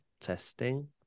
testing